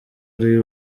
ari